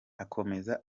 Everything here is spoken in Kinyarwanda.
akomeza